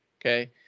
Okay